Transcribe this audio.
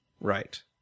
Right